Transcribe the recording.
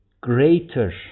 greater